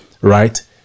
right